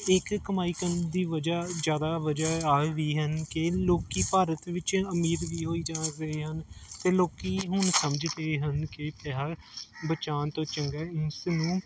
ਅਤੇ ਇਕ ਕਮਾਈ ਕਰਨ ਦੀ ਵਜ੍ਹਾ ਜ਼ਿਆਦਾ ਵਜ੍ਹਾ ਆਹ ਵੀ ਹਨ ਕਿ ਲੋਕ ਭਾਰਤ ਵਿੱਚ ਅਮੀਰ ਵੀ ਹੋਈ ਜਾ ਰਹੇ ਹਨ ਅਤੇ ਲੋਕ ਹੁਣ ਸਮਝਦੇ ਹਨ ਕਿ ਪੈਸਾ ਬਚਾਉਣ ਤੋਂ ਚੰਗਾ ਇਸ ਨੂੰ